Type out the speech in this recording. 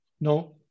No